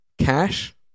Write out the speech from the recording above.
Cash